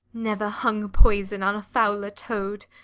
never hung poison on a fouler toad.